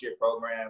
program